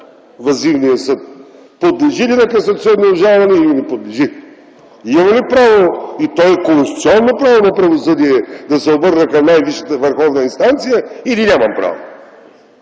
въззивния съд подлежи ли на касационно обжалване или не подлежи? Имам ли право и то конституционно право на правосъдие, да се обърна към най-висшата върховна инстанция, или нямам право?